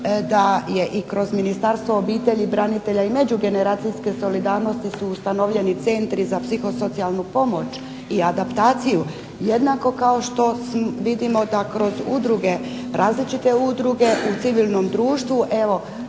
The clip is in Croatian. da je i kroz Ministarstvo obitelji, branitelja i međugeneracijske solidarnosti su ustanovljeni Centri za psihosocijalnu pomoć i adaptaciju jednako kao što vidimo da kroz udruge, različite udruge u civilnom društvu, evo